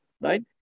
right